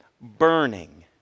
burning